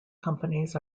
companies